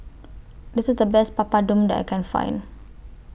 This IS The Best Papadum that I Can Find